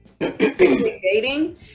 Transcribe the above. dating